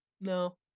no